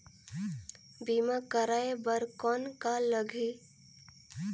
बीमा कराय बर कौन का लगही?